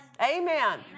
Amen